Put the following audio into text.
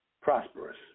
prosperous